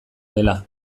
dela